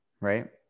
right